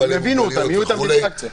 שיבינו אותם, שיהיו איתם באינטראקציה.